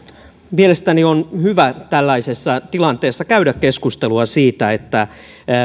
mielestäni on hyvä tällaisessa tilanteessa käydä keskustelua siitä